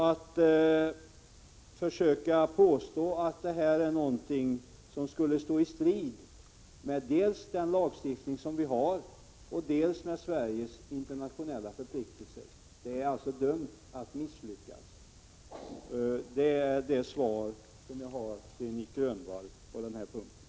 Att försöka påstå att detta är något som skulle stå i strid dels med den lagstiftning som vi har, dels med Sveriges internationella förpliktelser är dömt att misslyckas. Det är det svar jag har till Nic Grönvall på den här punkten.